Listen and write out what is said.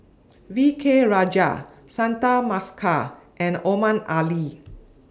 V K Rajah Santha Bhaskar and Omar Ali